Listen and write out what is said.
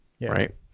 right